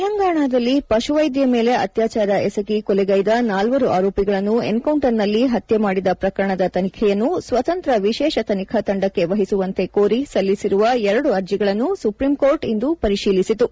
ತೆಲಂಗಾಣದಲ್ಲಿ ಪಶುವೈದ್ಯೆ ಮೇಲೆ ಅತ್ಯಾಚಾರ ಎಸಗಿ ಕೊಲೆಗೈದ ನಾಲ್ವರು ಆರೋಪಿಗಳನ್ನು ಎನ್ಕೌಂಟರ್ನಲ್ಲಿ ಹತ್ಯೆ ಮಾಡಿದ ಪ್ರಕರಣದ ತನಿಖೆಯನ್ನು ಸ್ವತಂತ್ರ ವಿಶೇಷ ತನಿಖಾ ತಂಡಕ್ಕೆ ವಹಿಸುವಂತೆ ಕೋರಿ ಸಲ್ಲಿಸಿರುವ ಎರಡು ಅರ್ಜಿಗಳನ್ನು ಸುಪ್ರೀಂಕೋರ್ಟ್ ಇಂದು ಪರಿಶೀಲಿಸಿತು